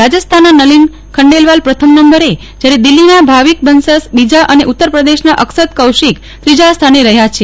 રાજસ્થાનના નલિન ખંડેલવાલ પ્રથમ નંબરે જ્યારે દિલ્હીના ભાવિક બંસસ બીજા અને ઉત્તર પ્રદેશના અક્ષત કૌશિક ત્રીજા સ્થાને રહ્યા છે